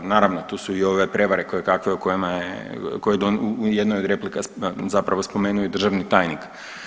Naravno tu su i ove prevare kojekakve koje je u jednoj od replika zapravo spomenuo i državni tajnik.